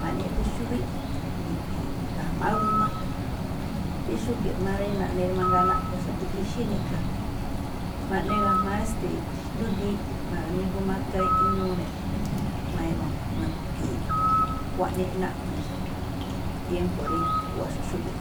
ma̱ꞌne yaꞌduun xúwí mi̱khui̱i̱ ga̱jma̱á g a. Rí xúge̱ꞌ rí naꞌne mangaa naꞌpho̱ xa̱bo̱, ixí niꞌga̱ ma̱ꞌne ga̱jma̱á stee xndúdii ma̱migu maka inuu ne̱ mu̱phi̱i̱. Xkuaꞌnii naꞌpho̱ ne̱ xa̱bo̱ tiémpo̱ rí juwaxo̱ꞌ xúge̱ꞌ.